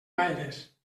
gaires